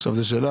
עכשיו זה שלך?